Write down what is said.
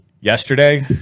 Yesterday